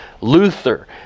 Luther